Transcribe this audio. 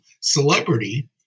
celebrity